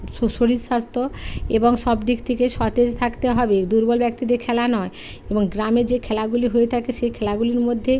শরীর স্বাস্থ্য এবং সব দিক থেকে সতেজ থাকতে হবে দুর্বল ব্যক্তিদের খেলা নয় এবং গ্রামে যে খেলাগুলি হয়ে থাকে সে খেলাগুলির মধ্যে